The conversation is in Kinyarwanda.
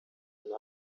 naho